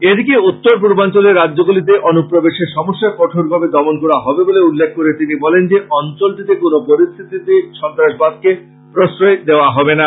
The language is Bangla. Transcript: এদিকে উত্তর পূর্বাঞ্চলের রাজ্যগুলিতে অনু প্রবেশের সমস্যা কঠোরভাবে দমন করা হবে বলে উল্লেখ করে তিনি বলেন যে অঞ্চলটিতে কোন পরিস্থিতিতেই সন্ত্রাসবাদকে প্রস্তয় দেওয়া হবে না